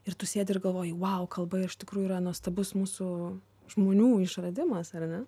ir tu sėdi ir galvoji vau kalba iš tikrųjų yra nuostabus mūsų žmonių išradimas ar ne